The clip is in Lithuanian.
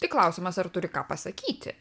tik klausimas ar turi ką pasakyti